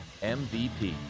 MVP